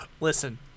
Listen